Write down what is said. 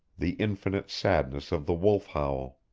the infinite sadness of the wolf-howl.